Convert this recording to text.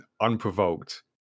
unprovoked